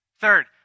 Third